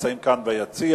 שנמצאים כאן ביציע.